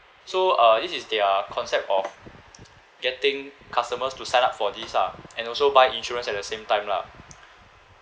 so uh this is their concept of getting customers to sign up for this ah and also buy insurance at the same time lah